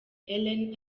ellen